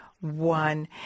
one